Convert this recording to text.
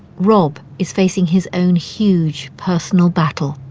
rob is facing his own huge personal battle.